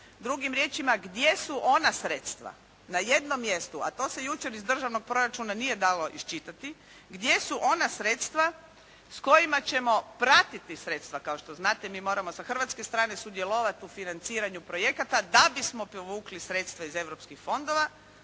drugim riječima gdje su ona sredstva na jednom mjestu, a to se jučer iz državnog proračuna nije dalo iščitati, gdje su ona sredstva s kojima ćemo pratiti sredstva kao što znate mi moramo sa hrvatske strane sudjelovati u financiranju projekata da bismo povukli sredstva iz europskih fondova.